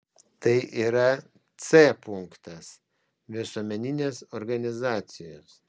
tai yra c punktas visuomeninės organizacijos